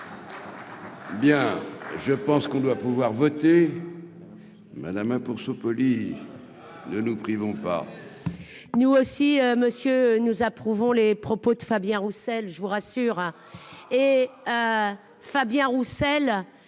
Bien, je pense qu'on doit pouvoir voter mais hein pour se Poli ne nous privons pas. Nous aussi, monsieur, nous approuvons les propos de Fabien Roussel je vous rassure, et Fabien Roussel